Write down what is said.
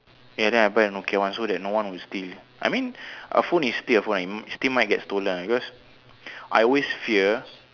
ya then I buy a Nokia one so that no one will steal I mean a phone is still a phone it it still might get stolen because I always fear